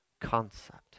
concept